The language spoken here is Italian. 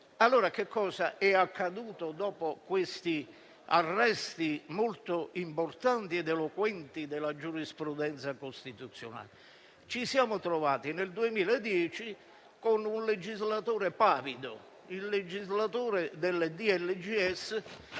sindacale. Cosa è accaduto dopo questi arresti, molto importanti ed eloquenti, della giurisprudenza costituzionale? Ci siamo trovati nel 2010 con un legislatore pavido, il legislatore del decreto